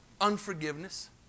unforgiveness